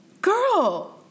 girl